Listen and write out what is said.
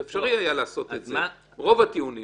זה אפשרי היה לעשות את זה ברוב הטיעונים.